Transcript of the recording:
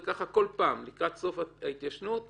וככה בכל פעם לקראת סוף ההתיישנות פותחים,